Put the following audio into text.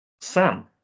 Sam